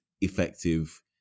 effective